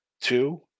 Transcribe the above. two